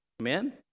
Amen